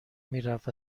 میرفت